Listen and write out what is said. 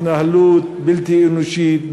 התנהלות בלתי אנושית,